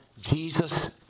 Jesus